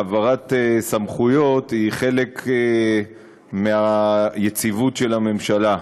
העברת סמכויות היא חלק מהיציבות של הממשלה.